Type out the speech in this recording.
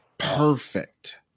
Perfect